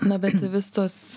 na bet visos